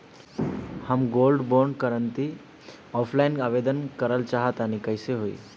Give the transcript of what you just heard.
हम gold bond करंति offline आवेदन करल चाह तनि कइसे होई?